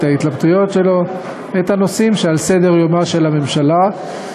את ההתלבטויות שלו ואת הנושאים שעל סדר-יומה של הממשלה.